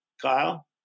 Kyle